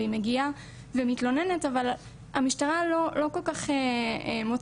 והיא מגיעה ומתלוננת אבל המשטרה לא כל כך מוצאת